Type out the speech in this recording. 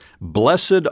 Blessed